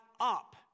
up